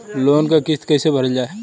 Loan क किस्त कैसे भरल जाए?